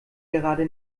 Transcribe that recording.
gerade